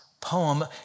poem